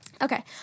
Okay